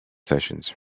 sessions